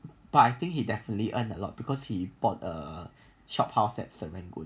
but I think he definitely earn a lot because he bought a shophouse at serangoon